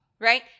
right